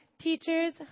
Teachers